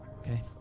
Okay